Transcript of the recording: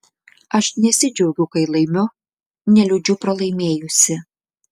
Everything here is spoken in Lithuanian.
aš nesidžiaugiu kai laimiu neliūdžiu pralaimėjusi